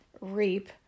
reap